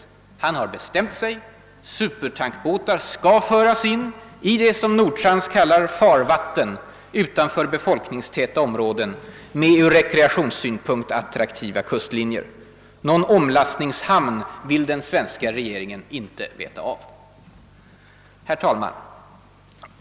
Han har bestämt sig: supertankbåtar skall föras in i det som Nordtrans kallar »farvatten utanför befolkningstäta områden med ur rekreationssynpunkt attraktiva kustlinjer«. Någon omlastningshamn vill den svenska regeringen inte veta av. Herr talman!